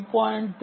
3 3